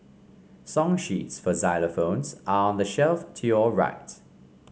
song sheets for xylophones are on the shelf to your right